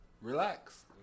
relax